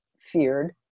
feared